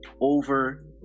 over